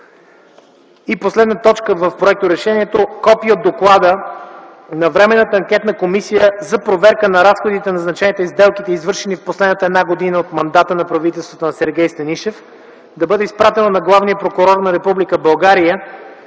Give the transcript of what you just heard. съответните законови норми. 3. Копие от Доклада на Временната анкетна комисия за проверка на разходите, назначенията и сделките, извършени в последната една година от мандата на правителството на Сергей Станишев да бъде изпратено на главния прокурор на Република България,